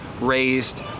raised